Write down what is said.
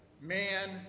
man